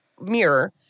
mirror